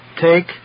take